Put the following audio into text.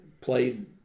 played